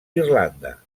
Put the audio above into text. irlanda